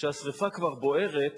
כשהשרפה כבר בוערת